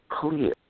clear